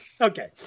Okay